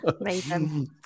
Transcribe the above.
amazing